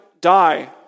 die